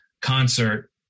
concert